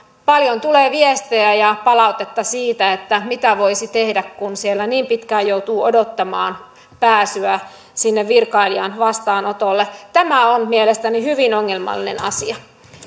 paljon tulee viestejä ja palautetta siitä mitä voisi tehdä kun siellä niin pitkään joutuu odottamaan pääsyä sinne virkailijan vastaanotolle tämä on mielestäni hyvin ongelmallinen asia